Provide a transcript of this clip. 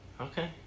Okay